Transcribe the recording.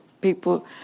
people